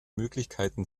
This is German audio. möglichkeiten